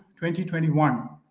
2021